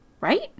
right